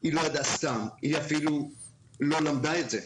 שהיא לא ידעה, היא אפילו לא למדה את זה.